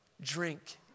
Drink